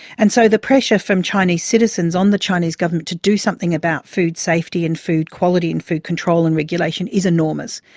and so the pressure from chinese citizens on the chinese government to do something about food safety and food quality and food control and regulation is enormous.